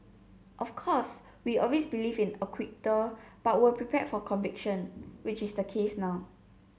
of course we always believed in acquittal but were prepared for conviction which is the case now